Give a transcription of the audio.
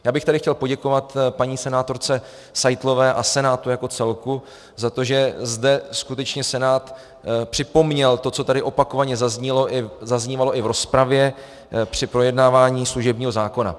Já bych tady chtěl poděkovat paní senátorce Seitlové a Senátu jako celku za to, že zde skutečně Senát připomněl to, co tady opakovaně zaznívalo i v rozpravě při projednávání služebního zákona.